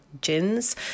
gins